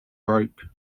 broke